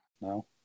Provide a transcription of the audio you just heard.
No